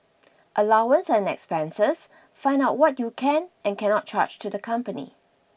allowance and expenses find out what you can and cannot charge to the company